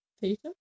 Peter